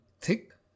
thick